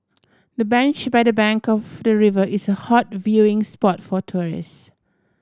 the bench by the bank of the river is a hot viewing spot for tourists